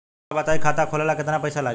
हमका बताई खाता खोले ला केतना पईसा लागी?